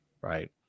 Right